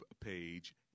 page